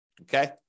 okay